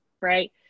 right